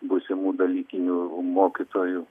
būsimų dalykinių mokytojų